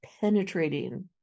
penetrating